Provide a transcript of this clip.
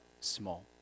small